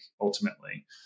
ultimately